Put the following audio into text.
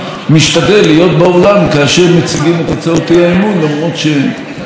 למרות שלא פעם אני גם לא השר התורן ולכאורה יכול לצאת.